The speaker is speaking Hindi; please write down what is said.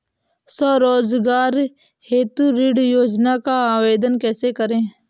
स्वरोजगार हेतु ऋण योजना का आवेदन कैसे करें?